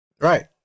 Right